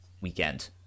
weekend